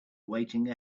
waiting